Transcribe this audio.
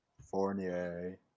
Fournier